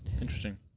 interesting